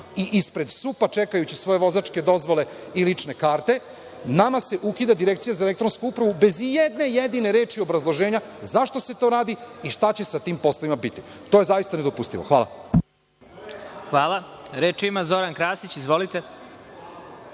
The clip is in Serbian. i ispred SUP-a čekajući svoje vozačke dozvole i lične karte, nama se ukida Direkcija za elektronsku upravu bez i jedne jedine reči obrazloženja zašto se to radi i šta će sa tim poslovima biti. To je zaista nedopustivo. Hvala. **Vladimir Marinković**